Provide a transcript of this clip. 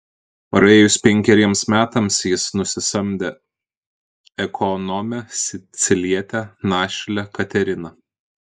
praėjus penkeriems metams jis nusisamdė ekonomę sicilietę našlę kateriną